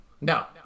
No